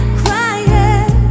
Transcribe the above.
crying